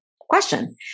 question